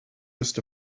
just